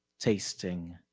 tasting,